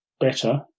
better